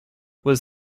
was